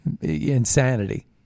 insanity